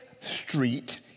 street